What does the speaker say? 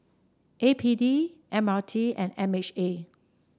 A P D M R T and M H A